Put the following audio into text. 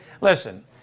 Listen